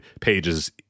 pages